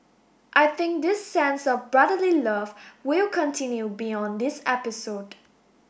I think this sense of brotherly love will continue beyond this episode